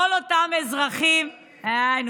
כל אותם אזרחים, קטי, אנחנו ציונות דתית.